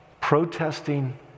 protesting